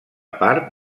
part